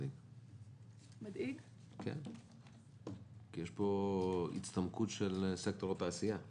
כי יש פה הצטמקות של סקטור התעשייה ב-5%.